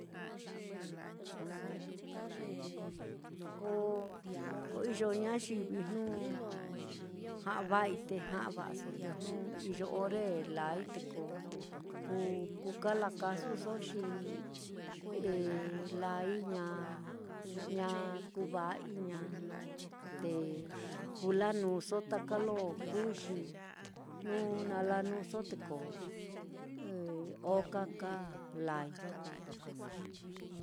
ko iyo ñayivi jnu ja'a va'ai te ja'a va'aso, te jnu iyo ore lāāi naá, te ko ku kú kala kasuso xi i laai ña ña kuva'ai ña, te kú lanuúso taka lo kuui, xi jnu na lanuúso te ko eh okaka lāāi.